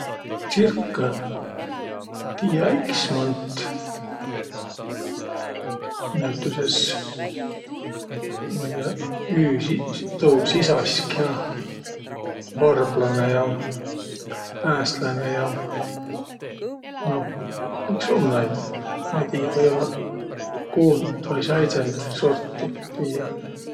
Tsirkõ? Tiiä iks mõnt. Näütüses, ma'i tiiäq, üü si- sis- tuu sisask ja varblanõ ja pääsläne ja. Noh, iks um naid. Ma ei tiiäq, või-ollaq kuunt vai säidsend sorti tiiä.